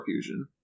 fusion